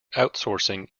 outsourcing